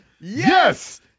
Yes